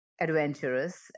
adventurous